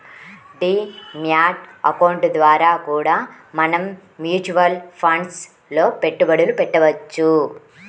D mat account ద్వారా కూడా మనం మ్యూచువల్ ఫండ్స్ లో పెట్టుబడులు పెట్టవచ్చు